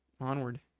onward